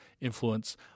influence